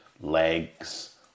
legs